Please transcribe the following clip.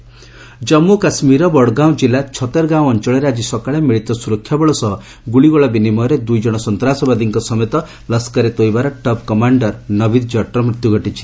ଜେକେକିଲ୍ଡ ଜନ୍ମୁ କାଶ୍ମୀରର ବଡଗାଁଓ କିଲ୍ଲା ଛତେରବଡଗାଁଓ ଅଞ୍ଚଳରେ ଆଜି ସକାଳେ ମିଳିତ ସ୍ୱରକ୍ଷାବଳ ସହ ଗ୍ରଳିଗୋଳା ବିନିମୟରେ ଦ୍ରଇଜଣ ସନ୍ତାସବାଦୀଙ୍କ ସମେତ ଲସ୍କର ଏ ତୋଏବାର ଟପ୍ କମାଣ୍ଡର ନାବୀଦ୍ ଜଟ୍ର ମୃତ୍ୟୁ ଘଟିଛି